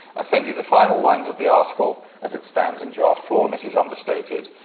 i send you the final lines of the article as it stands in draft form. it is understated.